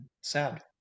sad